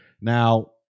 Now